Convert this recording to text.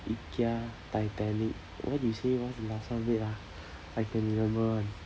ikea titanic what you say what's the last one wait ah I can remember [one]